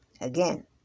Again